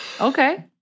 okay